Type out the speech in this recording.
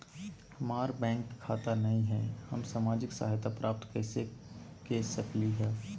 हमार बैंक खाता नई हई, हम सामाजिक सहायता प्राप्त कैसे के सकली हई?